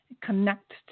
connect